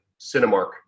cinemark